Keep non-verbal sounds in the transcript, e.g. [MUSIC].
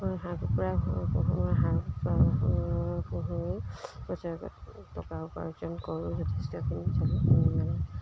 হাঁহ কুকুৰা পোহো হাঁহ কুকুৰা পোহো বছৰেকত টকা উপাৰ্জন কৰোঁ যথেষ্টখিনি [UNINTELLIGIBLE]